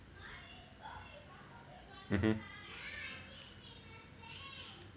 mmhmm